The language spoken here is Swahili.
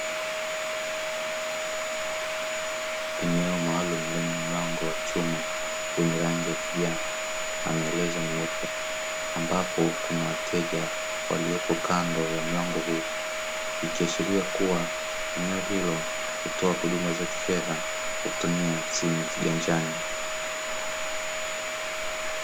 Eneo maalumu lenye mlango wa chuma wenye rangi ya kijani na maelezo meupe, ambapo kuna wateja waliopo kando ya mlango huo, ikiashiria kuwa eneo hilo hutoa huduma za kifedha kwa kutumia simu ya kiganjani.